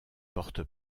porte